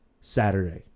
Saturday